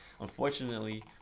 Unfortunately